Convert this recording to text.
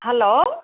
hello